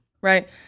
Right